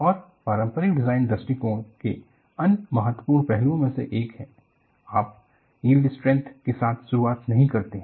और पारंपरिक डिजाइन दृष्टिकोण के अन्य महत्वपूर्ण पहलुओं में से एक है आप यील्ड स्ट्रेंथ के साथ शुरुआत नहीं करते हैं